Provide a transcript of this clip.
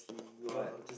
do what